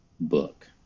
Book